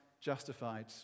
justified